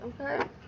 Okay